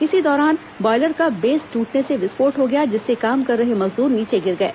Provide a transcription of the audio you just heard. इसी दौरान बॉयलर का बेस दूटने से विस्फोट हो गया जिससे काम कर रहे मजदूर नीचे गिर गए